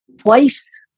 twice